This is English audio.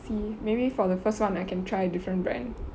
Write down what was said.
see maybe for the first one I can try different brand